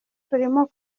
turimo